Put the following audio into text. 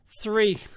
three